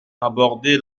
aborder